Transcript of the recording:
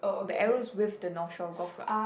the arrow's with the North Shore Golf Club